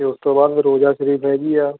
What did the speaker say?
ਉਸ ਤੋਂ ਬਾਅਦ ਰੋਜ਼ਾ ਸ਼ਰੀਫ ਹੈਗੀ ਆ